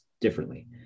differently